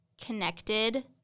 connected